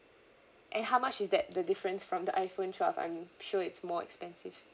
and how much is that the difference from the iphone twelve I'm sure it's more expensive